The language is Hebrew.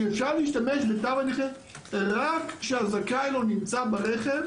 שאפשר להשתמש בתו הנכה רק כשהזכאי לו נמצא ברכב,